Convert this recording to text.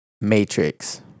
Matrix